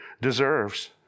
deserves